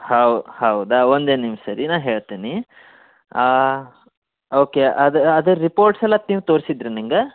how ಹೌದಾ ಒಂದೇ ನಿಮಿಷ ರೀ ನಾ ಹೇಳ್ತೇನೆ ಓಕೆ ಅದು ಅದು ರಿಪೋರ್ಟ್ಸ್ ಎಲ್ಲ ತಂದ್ ತೋರಿಸಿದ್ರಿ ನಂಗೆ